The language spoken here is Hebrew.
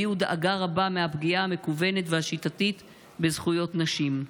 והן הביעו דאגה רבה מהפגיעה המכוונת והשיטתית בזכויות נשים.